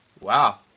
Wow